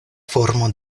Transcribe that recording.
formo